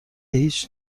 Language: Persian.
هیچ